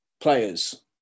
players